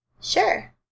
sure